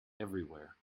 everywhere